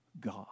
God